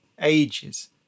ages